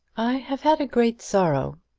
i have had a great sorrow,